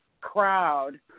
crowd